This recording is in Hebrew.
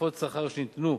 תוספות שכר שניתנו,